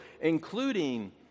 including